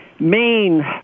main